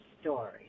story